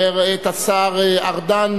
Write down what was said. השר ארדן,